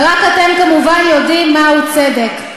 ורק אתם כמובן יודעים מהו צדק,